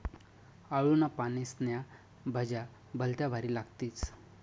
आळूना पानेस्न्या भज्या भलत्या भारी लागतीस